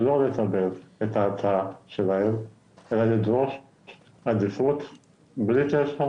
לא נגישים נגישות פיסית אלא רק נגישות חושית כמו שנראה בהמשך,